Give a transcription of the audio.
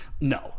no